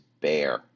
Bear